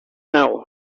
now